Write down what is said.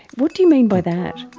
what do you mean by that?